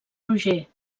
roger